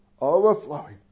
overflowing